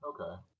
okay